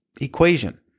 equation